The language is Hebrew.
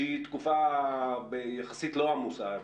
שהיא תקופה יחסית לא עמוסה,